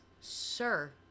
Sir